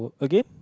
again